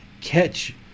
catch